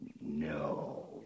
No